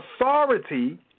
authority